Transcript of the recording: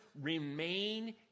remain